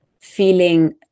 feeling